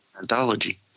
anthology